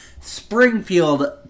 Springfield